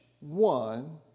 one